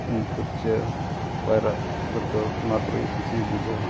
ᱩᱢ ᱯᱷᱟᱨᱪᱟᱹ ᱯᱟᱭᱨᱟᱜ ᱯᱟᱹᱨᱠᱟᱹᱣ ᱱᱚᱣᱟ ᱠᱚᱨᱮᱜᱮ ᱠᱩᱥᱤ ᱵᱩᱡᱷᱟᱹᱣᱟ